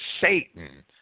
Satan